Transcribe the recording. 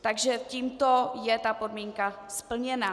Takže tímto je ta podmínka splněna.